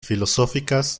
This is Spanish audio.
filosóficas